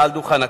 מעל דוכן הכנסת.